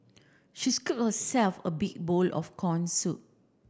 she scooped herself a big bowl of corn soup